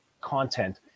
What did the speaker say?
content